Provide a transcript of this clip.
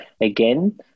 again